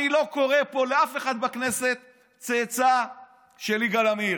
אני לא קורא פה לאף אחד בכנסת "צאצא של יגאל עמיר".